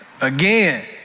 again